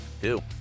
Two